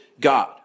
God